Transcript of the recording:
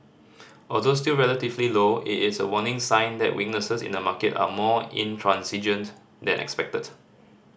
although still relatively low it is a warning sign that weaknesses in the market are more intransigent than expected